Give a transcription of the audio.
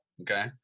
Okay